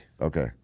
Okay